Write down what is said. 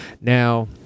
Now